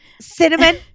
Cinnamon